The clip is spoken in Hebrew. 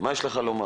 מה יש לך לומר.